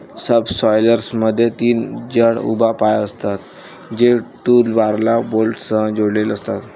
सबसॉयलरमध्ये तीन जड उभ्या पाय असतात, जे टूलबारला बोल्टसह जोडलेले असतात